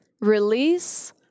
Release